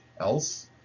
else